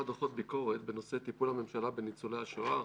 דוחות ביקורת בנושא טיפול הממשלה בניצולי השואה,